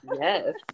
Yes